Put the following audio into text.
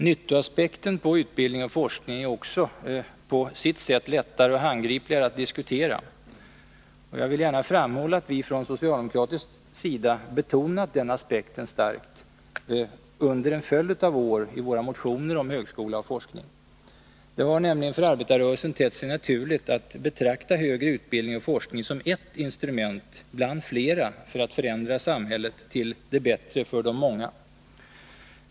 Nyttoaspekten på utbildning och forskning är också på sitt sätt lättare och handgripligare att diskutera. Jag vill gärna framhålla att vi från socialdemokratisk sida under en följd av år betonat den aspekten starkt i våra motioner om högskola och forskning. Det har nämligen för arbetarrörelsen tett sig naturligt att betrakta högre utbildning och forskning som ett instrument bland flera för att förändra samhället till det bättre för de många.